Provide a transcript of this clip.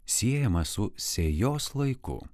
siejamas su sėjos laiku